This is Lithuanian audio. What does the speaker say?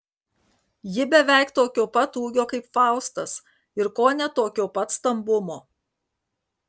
ji beveik tokio pat ūgio kaip faustas ir kone tokio pat stambumo